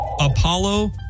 Apollo